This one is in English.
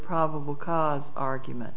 probable cause argument